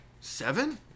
Seven